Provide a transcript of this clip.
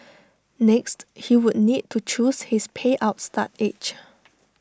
next he would need to choose his payout start age